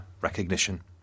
recognition